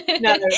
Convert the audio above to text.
No